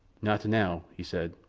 not now, he said.